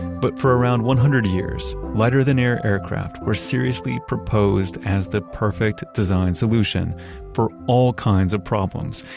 but for around one hundred years, lighter than air aircraft were seriously proposed as the perfect design solution for all kinds of problems.